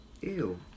Ew